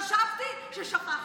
חשבתי ששכחתי,